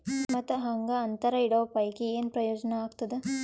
ಮತ್ತ್ ಹಾಂಗಾ ಅಂತರ ಇಡೋ ಪೈಕಿ, ಏನ್ ಪ್ರಯೋಜನ ಆಗ್ತಾದ?